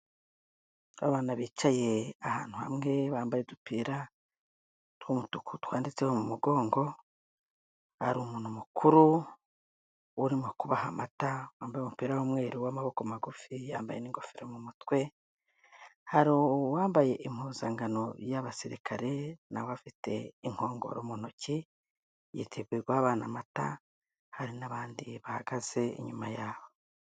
Abana bicaye ahantu hamwe bambaye udupira tw'umutuku twanditseho mu mugongo, hari umuntu mukuru urimo kubaha amata wambaye umupira w'umweru w'amaboko magufi, yambaye n'ingofero mu mutwe, hari uwambaye impuzangano y'abasirikare na we afite inkongoro mu ntoki yiteguye guha abana amata hari n'abandi bahagaze inyuma yabo.